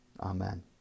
Amen